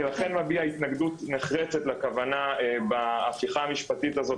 אני לכן מביע התנגדות נחרצת לכוונה בהפיכה המשפטית הזאת,